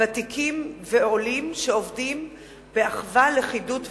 ותיקים ועולים, שעובדים באחווה, לכידות ושיתוף.